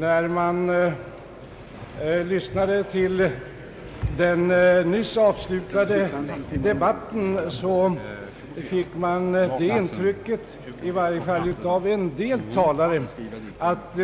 När man lyssnade till den nyss avslutade debatten fick man intrycket, i varje fall av en del talare, att